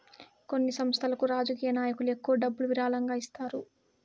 కొన్ని సంస్థలకు రాజకీయ నాయకులు ఎక్కువ డబ్బులు విరాళంగా ఇస్తారు